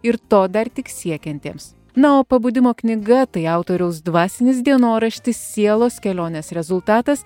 ir to dar tik siekiantiems na o pabudimo knyga tai autoriaus dvasinis dienoraštis sielos kelionės rezultatas